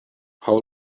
how